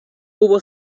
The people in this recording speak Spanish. hubo